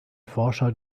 forscher